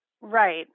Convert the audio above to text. Right